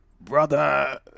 Brother